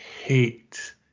hate